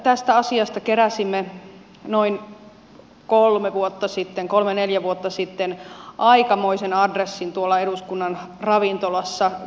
tästä asiasta keräsimme kolme neljä vuotta sitten aikamoisen adressin tuolla eduskunnan ravintolassa